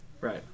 Right